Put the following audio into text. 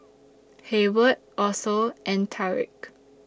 Hayward Otho and Tarik